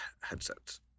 headsets